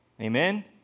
Amen